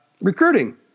Recruiting